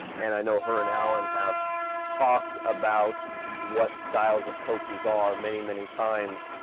and i know her and allen have talked about what styles of coaches are many, many times.